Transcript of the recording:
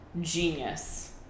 genius